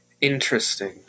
Interesting